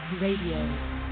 Radio